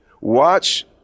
Watch